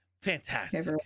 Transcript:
fantastic